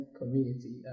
community